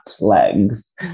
legs